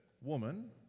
Woman